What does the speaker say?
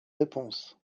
réponses